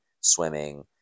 swimming